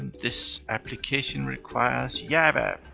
this application requires java.